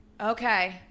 okay